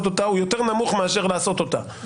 אותה הוא יותר נמוך מאשר לעשות אותה,